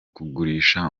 kugurisha